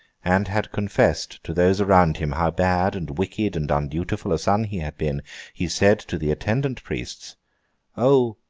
and had confessed to those around him how bad, and wicked, and undutiful a son he had been he said to the attendant priests o,